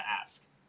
ask